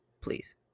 please